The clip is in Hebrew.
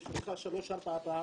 ברשותך, שלוש-ארבע פעמים,